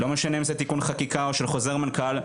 לא משנה אם זה תיקון חקיקה או של חוזר מנכ"ל,